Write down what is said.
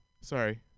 sorry